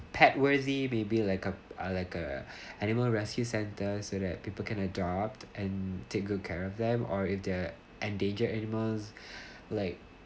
pet worthy maybe like a uh like a animal rescue centres so that people can adopt and take good care of them or if they're endangered animals like